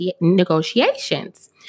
negotiations